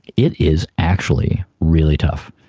it is actually really tough,